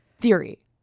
Theory